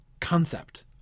concept